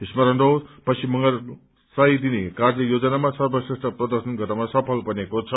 स्मरण रहोस पश्चिम बंगाल सय दिने कार्य योजनामा सर्वश्रेष्ठ प्रदर्शन गर्नमा सफल बनेको छ